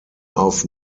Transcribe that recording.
auf